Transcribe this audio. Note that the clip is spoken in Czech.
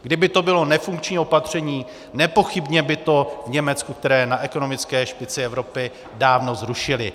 Kdyby to bylo nefunkční opatření, nepochybně by to v Německu, které je na ekonomické špici Evropy, dávno zrušili.